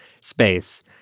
space